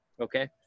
Okay